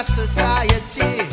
society